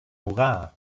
hurra